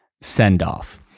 send-off